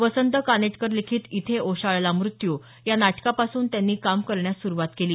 वसंत कानेटकर लिखित इथे ओशाळला मृत्यू या नाटकापासून त्यांनी काम करण्यास सुरुवात केली